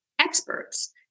experts